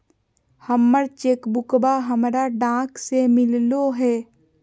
हमर चेक बुकवा हमरा डाक से मिललो हे